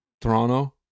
Toronto